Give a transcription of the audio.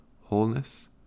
Wholeness